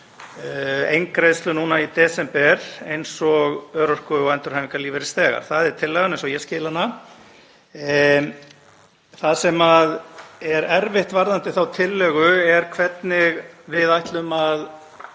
eingreiðslu núna í desember eins og örorku- og endurhæfingarlífeyrisþegar. Það er tillagan eins og ég skil hana. Það sem er erfitt varðandi þá tillögu er hvernig við ætlum að